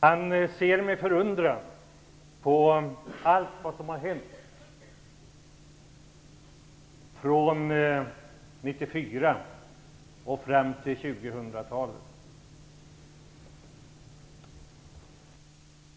Han ser med förundran på allt vad som har hänt från 1994 och fram till 2000-talet.